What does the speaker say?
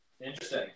Interesting